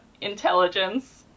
intelligence